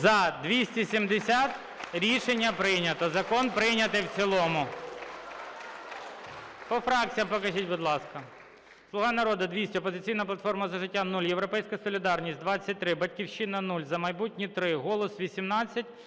За-270 Рішення прийнято. Закон прийнятий в цілому. По фракціях покажіть, будь ласка. "Слуга народу" - 200, "Опозиційна платформа – За життя" – 0, "Європейська солідарність" – 23, "Батьківщина" – 0, "За майбутнє" – 3, "Голос" – 18,